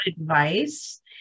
advice